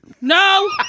No